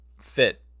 fit